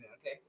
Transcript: okay